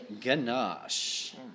ganache